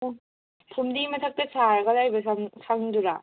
ꯑꯣ ꯐꯨꯝꯗꯤ ꯃꯊꯛꯇ ꯁꯥꯔꯒ ꯂꯩꯕ ꯁꯪꯗꯨꯔꯥ